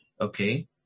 okay